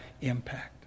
impact